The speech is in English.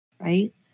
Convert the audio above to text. right